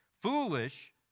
Foolish